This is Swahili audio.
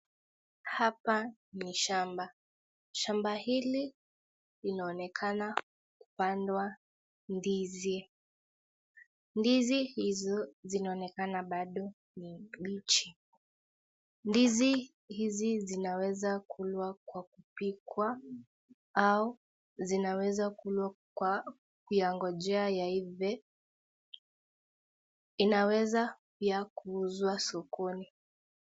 Hapa ni shamba. Shamba hili inaonekana kupandwa ndizi. Ndizi hizo zinaonekana bado ni bichi. Ndizi hizi zinaweza kulwa kwa kupikwa au zinaweza kulwa kwa kuyangojea yaive. Inaweza pia kuuzwa sokoni.